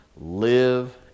live